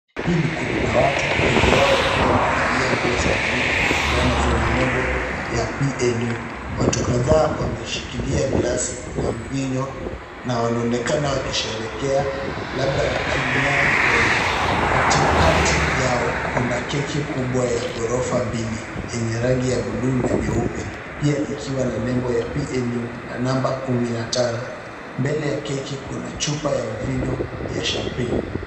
Hii ni kundi la watu. Wengi wao wakiwa wamevalia nguo za blue na fulana zenye nembo ya PNU. Watu kadhaa wameshikilia glasi na mvinyo na wanaonekana wakisherekea labda wakinywea pombe. Katikati yao kuna keki kubwa ya ghorofa mbili yenye rangi ya blue na nyeupe pia ikiwa na nembo ya PNU na namba kumi na tano. Mbele ya keki kuna chupa ya mvinyo ya champagne .